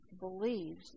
believes